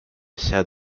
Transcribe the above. set